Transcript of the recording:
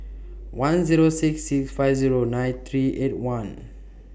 one Zero six six five Zero nine three eight one